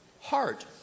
heart